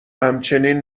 همچنین